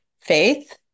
faith